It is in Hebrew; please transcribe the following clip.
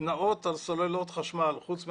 נעות על סוללות חשמל, חוץ מהגרעיניות,